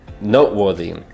noteworthy